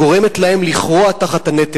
גורמת להם לכרוע תחת הנטל.